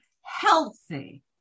healthy